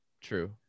true